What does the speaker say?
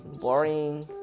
boring